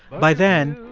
by then,